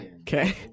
Okay